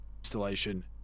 installation